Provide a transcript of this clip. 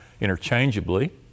interchangeably